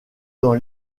dans